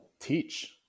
teach